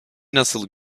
nasıl